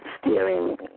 steering